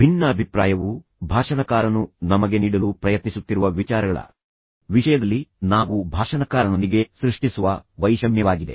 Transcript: ಭಿನ್ನಾಭಿಪ್ರಾಯವು ಭಾಷಣಕಾರನು ನಮಗೆ ನೀಡಲು ಪ್ರಯತ್ನಿಸುತ್ತಿರುವ ವಿಚಾರಗಳ ವಿಷಯದಲ್ಲಿ ನಾವು ಭಾಷಣಕಾರನೊಂದಿಗೆ ಸೃಷ್ಟಿಸುವ ವೈಷಮ್ಯವಾಗಿದೆ